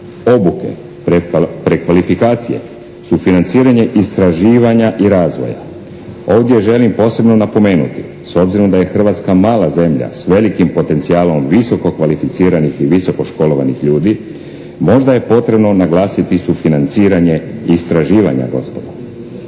obuke, prekvalifikacije, sufinanciranje istraživanja i razvoja. Ovdje želim posebno napomenuti s obzirom da je Hrvatska mala zemlja s velikim potencijalom visoko kvalificiranih i visoko školovanih ljudi možda je potrebno naglasiti i sufinanciranje istraživanja gospodo